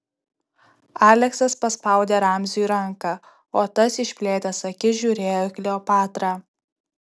aleksas paspaudė ramziui ranką o tas išplėtęs akis žiūrėjo į kleopatrą